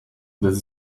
this